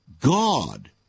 God